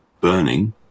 burning